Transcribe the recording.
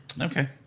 Okay